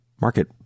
Market